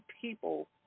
people